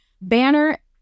Banner